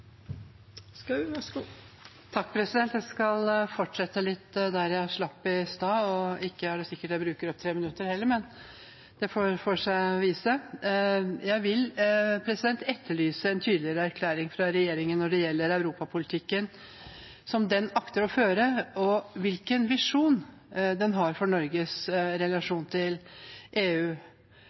ikke sikkert at jeg bruker opp de 3 minuttene, men det vil vise seg. Jeg etterlyser en tydeligere erklæring fra regjeringen når det gjelder europapolitikken den akter å føre, og hvilken visjon den har for Norges relasjon til EU.